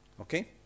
Okay